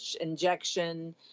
injection